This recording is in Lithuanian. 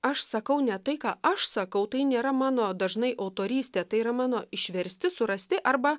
aš sakau ne tai ką aš sakau tai nėra mano dažnai autorystė tai yra mano išversti surasti arba